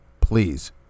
please